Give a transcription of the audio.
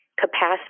capacity